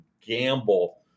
gamble